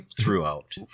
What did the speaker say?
throughout